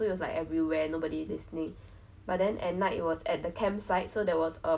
like I think I'm not for sure but I heard or see I saw it but I was already like no